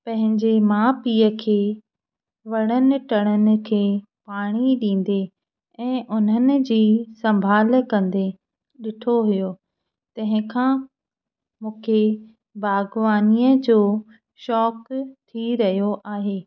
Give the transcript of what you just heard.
पंहिंजे माउ पीउ खे वणनि टिणनि खे पाणी ॾींदे ऐं उन्हनि जी संभालु कंदे ॾिठो हुओ तंहिं खां मुखे बाग़बानीअ जो शौक़ थी रहियो आहे